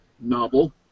Novel